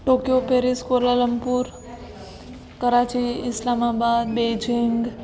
Tokyo Paris Kuala Lumpur Karachi Islamabad Beijing